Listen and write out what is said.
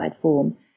form